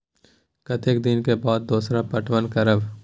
कतेक दिन के बाद दोसर पटवन करब?